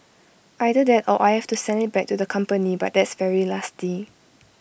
either that or I have to send IT back to the company but that's very nasty